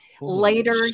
Later